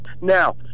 now